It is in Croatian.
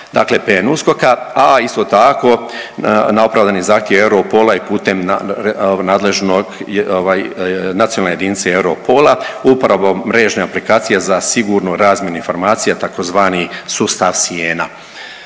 dakle PNUSKOK-a, a isto tako na opravdani zahtjev Europola i putem nadležnog ovaj nacionalne jedinice Europola upravo mrežne aplikacije za sigurnu razmjenu informacija tzv. sustav SIENA.